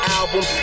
album